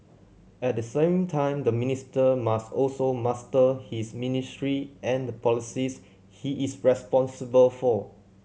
at the same time the minister must also master his ministry and the policies he is responsible for